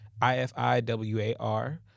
IFIWAR